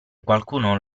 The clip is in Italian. qualcuno